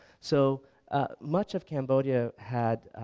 so much of cambodia had,